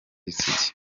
isugi